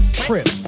trip